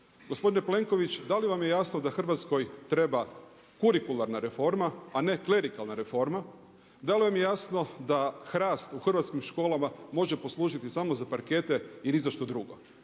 Gospodine Plenković, da li vam je jasno da Hrvatskoj treba kurikularna reforma, a ne klerikalna reforma? Da li vam je jasno da hrast u hrvatskim školama može poslužiti samo za parkete i ni za što drugo?